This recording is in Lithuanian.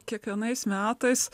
kiekvienais metais